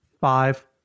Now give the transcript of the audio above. five